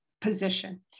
position